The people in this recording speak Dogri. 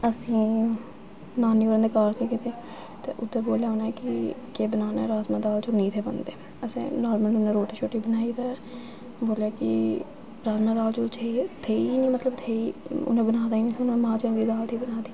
असी नानी कन्नै घर हे गेदे ते उद्धर बोल्लेआ उ'नें कि केह् बनाना ऐ राजमांह् दाल चौल नेईं थे बनदे असें नानी कन्नै रोटी शोटी बनाई ते बोल्लेआ कि राजमांह् दाल चौल चाहिये थे ई निं मतलब थे ई उ'नें बनाए दा ई निं मांह् चने दी दाल थी बनाई दी